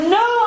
no